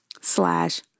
slash